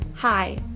Hi